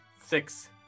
Six